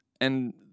And-